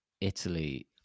Italy